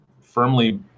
firmly